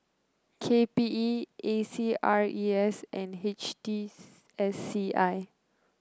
K P E A C R E S and H T C S C I